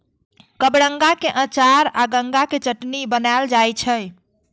कबरंगा के अचार आ गंगा के चटनी बनाएल जाइ छै